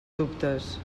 dubtes